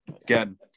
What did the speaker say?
Again